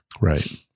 Right